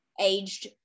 aged